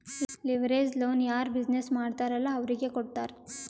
leverage loan ಯಾರ್ business ಮಾಡ್ತಾರ್ ಅಲ್ಲಾ ಅವ್ರಿಗೆ ಕೊಡ್ತಾರ್